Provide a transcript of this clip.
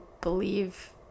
believe